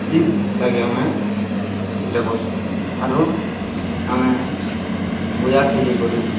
ଇଟାକେ ଆମେ ଇଟା କର୍ସୁ ଆରୁ ଆମେ ବଜାର୍କେ ଯାଇ କରି